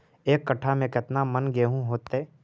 एक कट्ठा में केतना मन गेहूं होतै?